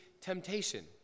temptation